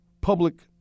public